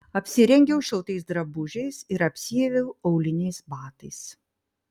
apsirengiau šiltais drabužiais ir apsiaviau auliniais batais